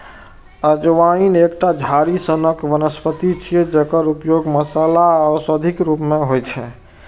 अजवाइन एकटा झाड़ी सनक वनस्पति छियै, जकर उपयोग मसाला आ औषधिक रूप मे होइ छै